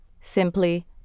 simply